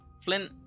Flint